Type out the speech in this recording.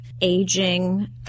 aging